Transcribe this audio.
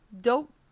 dope